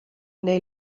neu